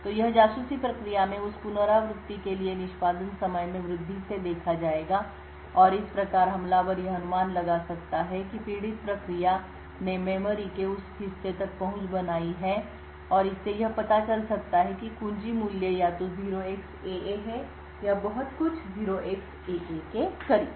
तो यह जासूसी प्रक्रिया में उस पुनरावृत्ति के लिए निष्पादन समय में वृद्धि से देखा जाएगा और इस प्रकार हमलावर यह अनुमान लगा सकता है कि पीड़ित प्रक्रिया ने मेमोरी के उस हिस्से तक पहुंच बनाई है और इससे यह पता चल सकता है कि कुंजी मूल्य या तो 0xAA है या बहुत कुछ 0xAA के करीब